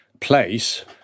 place